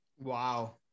Wow